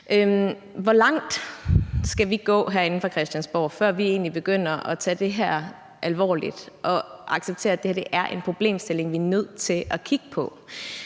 Hvor langt skal vi gå herinde fra Christiansborg, før vi egentlig begynder at tage det her alvorligt og acceptere, at det her er en problemstilling, vi er nødt til at kigge på?